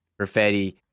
Perfetti